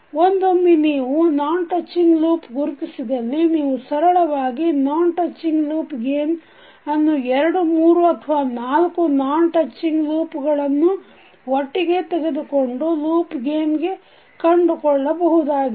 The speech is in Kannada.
ಒಂದೊಮ್ಮೆ ನೀವು ನಾನ್ ಟಚ್ಚಿಂಗ್ ಲೂಪ್ ಗುರುತಿಸಿದಲ್ಲಿ ನೀವು ಸರಳವಾಗಿ ನಾನ್ ಟಚ್ಚಿಂಗ್ ಲೂಪ್ ಗೇನ್ ಅನ್ನು ಎರಡು ಮೂರು ಅಥವಾ ನಾಲ್ಕು ನಾನ್ ಟಚ್ಚಿಂಗ್ ಲೂಪ್ಗಳನ್ನು ಒಟ್ಟಿಗೆ ತೆಗೆದುಕೊಂಡು ಲೂಪ್ ಗೇನ್ ಕಂಡುಕೊಳ್ಳಬಹುದಾಗಿದೆ